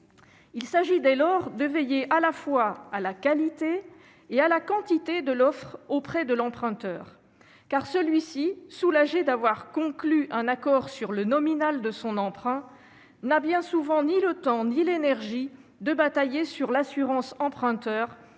il s'agit de veiller à la fois à la qualité et à la quantité de l'offre auprès de l'emprunteur. Celui-ci, soulagé d'avoir conclu un accord sur le nominal de son emprunt, n'a bien souvent ni le temps ni l'énergie de batailler sur l'assurance emprunteur,